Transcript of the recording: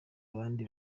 abandi